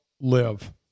Live